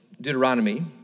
Deuteronomy